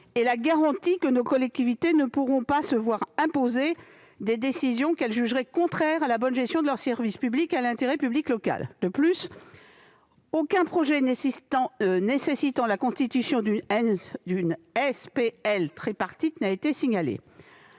est la garantie que nos collectivités ne pourront pas se voir imposer des décisions qu'elles jugeraient contraires à la bonne gestion de leur service public et à l'intérêt public local. De plus, aucun projet nécessitant la constitution d'une SPL tripartite n'a été signalé.